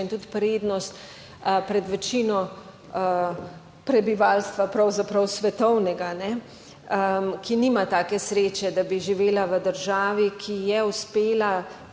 in tudi prednost pred večino prebivalstva, pravzaprav svetovnega, ki nima take sreče, da bi živela v državi, ki je uspela